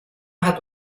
hat